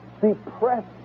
depressed